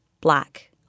black